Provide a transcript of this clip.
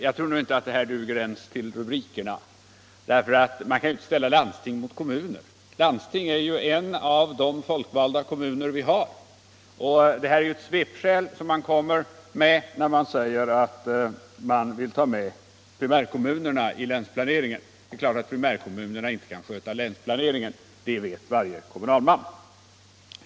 Jag tror att det inte ens duger till rubrikerna. Man kan inte ställa landsting mot kommuner. Landstingen är en av de folkvalda kommuner vi har. Det är ett svepskäl man kommer med när man säger att man vill ta med primärkommunerna i länsplaneringen. Det är klart att primärkommunerna inte kan sköta länsplaneringen — det vet varje kommunalman.